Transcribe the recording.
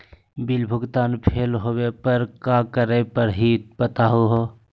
Bill भुगतान fail होवे पर का करै परही, बताहु हो?